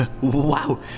Wow